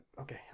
Okay